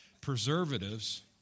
preservatives